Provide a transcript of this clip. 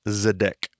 Zedek